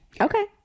okay